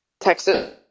Texas